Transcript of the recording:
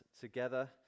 together